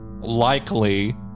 Likely